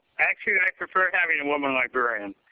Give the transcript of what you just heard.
actually, i prefer having a woman librarian.